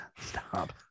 Stop